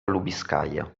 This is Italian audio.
lubiskaja